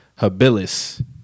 habilis